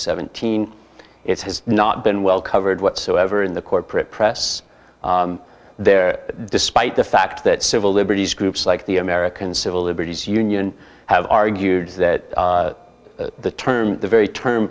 seventeen it has not been well covered whatsoever in the corporate press there despite the fact that civil liberties groups like the american civil liberties union have argued that the term the very term